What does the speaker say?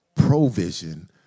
provision